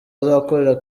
azakorera